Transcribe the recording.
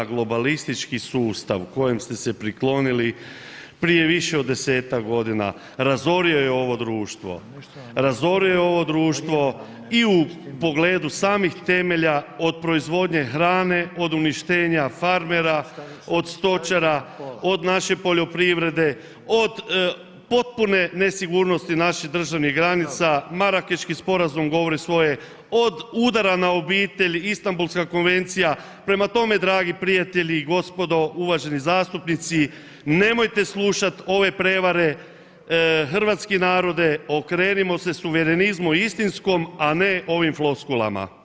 Globalistički sustav kojem ste se priklonili prije više od 10-tak godina razorio je ovo društvo, razorio je ovo društvo i u pogledu samih temelja od proizvodnje hrane, od uništenja farmera, od stočara, od naše poljoprivrede, od potpune nesigurnosti naših državnih granica, Marakeški sporazum govori svoje, od udara na obitelj, Istambulska konvencija, prema tome dragi prijatelji i gospodo uvaženi zastupnici nemojte slušat ove prevare, hrvatski narode okrenimo se suverenizmu istinskom, a ne ovim floskulama.